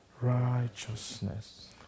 righteousness